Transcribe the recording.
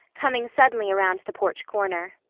coming suddenly around the porch corner.